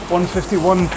151